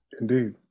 Indeed